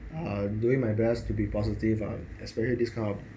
I'm doing my best to be positive ah especially this kind of